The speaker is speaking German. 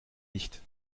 nicht